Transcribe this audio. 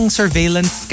surveillance